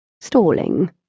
Stalling